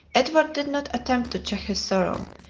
edward did not attempt to check his sorrow,